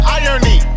irony